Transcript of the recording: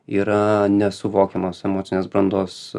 yra nesuvokiamos emocinės brandos